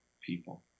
people